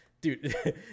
dude